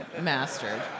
mastered